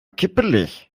kippelig